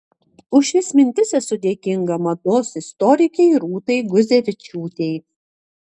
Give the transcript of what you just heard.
už šias mintis esu dėkinga mados istorikei rūtai guzevičiūtei